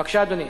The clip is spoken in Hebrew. בבקשה, אדוני.